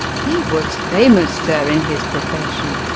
he was famous, sir, in his profession,